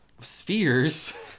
spheres